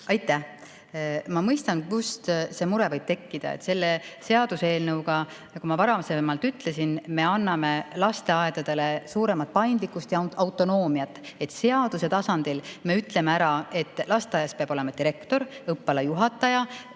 Aitäh! Ma mõistan, kust see mure võib tekkida. Selle seaduseelnõuga, nagu ma varasemalt ütlesin, me anname lasteaedadele suuremat paindlikkust ja autonoomiat. Seaduse tasandil me ütleme ära, et lasteaias peavad olema direktor, õppealajuhataja,